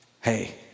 hey